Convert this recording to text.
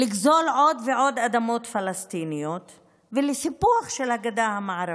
לגזול עוד ועוד אדמות פלסטיניות ולספח את הגדה המערבית.